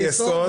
חוקי יסוד,